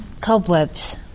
cobwebs